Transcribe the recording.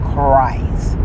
Christ